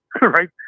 right